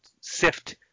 sift